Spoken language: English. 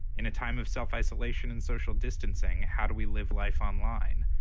in a time of self-isolation and social distancing, how do we live life online?